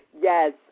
Yes